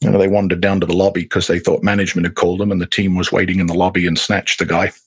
kind of they wandered down to the lobby because they thought management had called them, and the team was waiting in the lobby and snatched the guy.